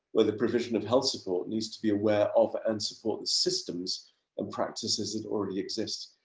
where the provision of health support needs to be aware of and support systems and practices that already exist.